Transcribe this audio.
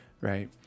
right